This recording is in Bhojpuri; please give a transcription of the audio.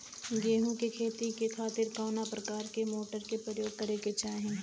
गेहूँ के खेती के खातिर कवना प्रकार के मोटर के प्रयोग करे के चाही?